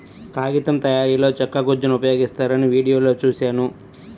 కాగితం తయారీలో చెక్క గుజ్జును ఉపయోగిస్తారని వీడియోలో చూశాను